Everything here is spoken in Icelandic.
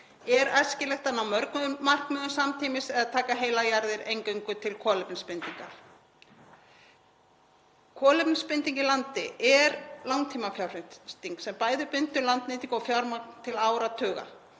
Er æskilegt að ná mörgum markmiðum samtímis eða taka heilar jarðir eingöngu til kolefnisbindingar? Kolefnisbinding í landi er langtímafjárfesting sem bæði bindur landnýtingu og fjármagn til áratuga.